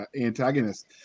antagonist